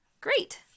Great